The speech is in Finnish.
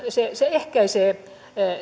se se ehkäisee